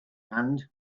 and